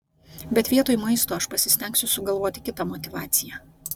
bet vietoj maisto aš pasistengsiu sugalvoti kitą motyvaciją